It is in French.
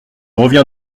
reviens